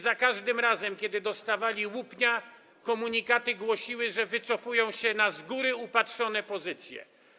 Za każdym razem, gdy dostawali oni łupnia, komunikaty głosiły, że wycofują się na z góry upatrzone pozycje.